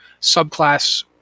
subclass